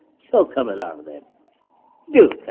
so coming out of it dude